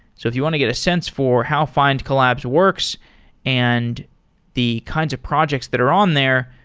so if you want to get a sense for how findcollabs works and the kinds of projects that are on there,